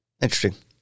Interesting